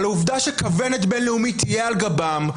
על העובדה שכוונת בין-לאומית תהיה על גבם,